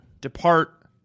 depart